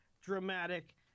dramatic